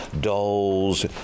dolls